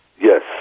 Yes